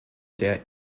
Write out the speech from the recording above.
der